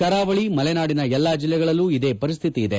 ಕರಾವಳಿ ಮಲೆನಾಡಿನ ಎಲ್ಲಾ ಜಿಲ್ಲೆಗಳಲ್ಲೂ ಇದೇ ಪರಿಶ್ರಿತಿ ಇದೆ